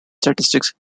statistics